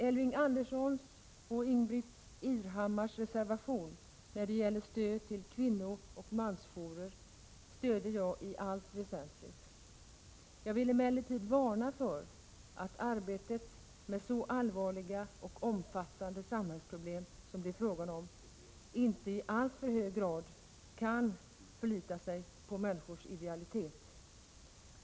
Elving Anderssons och Ingbritt Irhammars reservation när det gäller stöd till kvinnooch mansjourer stöder jag i allt väsentligt. Jag vill emellertid varna för att arbetet med så allvarliga och omfattande samhällsproblem som det här är fråga om inte i alltför hög grad kan grunda sig på människors idealitet.